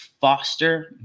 foster